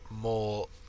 more